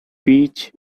beach